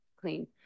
clean